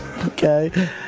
okay